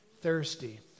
thirsty